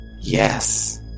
Yes